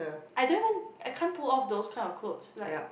I don't even I can't pull off those kind of clothes like